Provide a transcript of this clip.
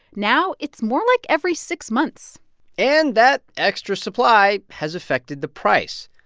now it's more like every six months and that extra supply has affected the price.